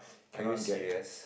are you serious